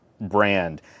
brand